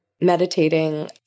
meditating